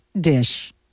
dish